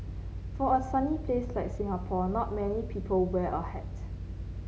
for a sunny place like Singapore not many people wear a hat